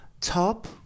top